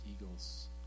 eagles